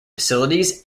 facilities